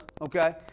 okay